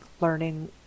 learning